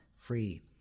free